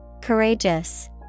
Courageous